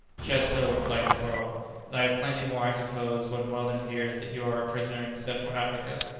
just so, replied negoro and i have plenty more i suppose when weldon hears that you are a prisoner in central africa,